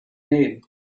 need